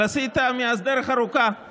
אבל עשית מאז דרך ארוכה,